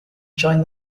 joined